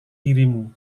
dirimu